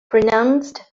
pronounced